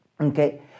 Okay